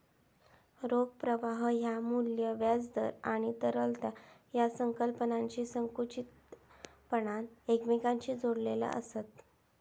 रोख प्रवाह ह्या मू्ल्य, व्याज दर आणि तरलता या संकल्पनांशी संकुचितपणान एकमेकांशी जोडलेला आसत